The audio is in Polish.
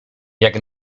jak